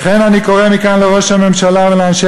לכן אני קורא מכאן לראש הממשלה ולאנשי